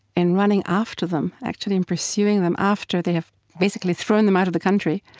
in running after them, actually, and pursuing them after they have basically thrown them out of the country.